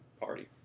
party